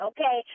Okay